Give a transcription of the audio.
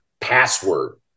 Password